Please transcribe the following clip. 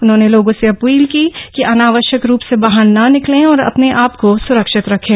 उन्होंने लोगों से अपील की अनावश्यक रूप से बाहर ना निकले और अपने आप को सुरक्षित रखें